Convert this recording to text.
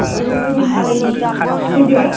ओह ओइदिनखालि फैदो